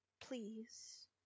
please